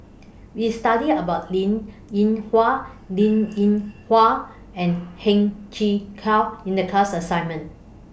We studied about Linn in Hua Linn in Hua and Heng Chee How in The class assignment